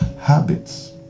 habits